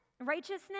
righteousness